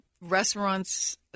restaurants